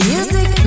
Music